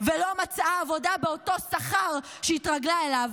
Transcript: ולא מצאה עבודה באותו שכר שהתרגלה אליו,